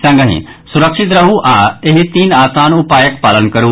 संगहि सुरक्षित रहू आ एहि तीन आसान उपायक पालन करू